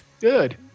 Good